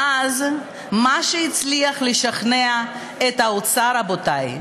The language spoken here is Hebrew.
ואז מה שהצליח לשכנע את האוצר, רבותי,